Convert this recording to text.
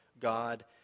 God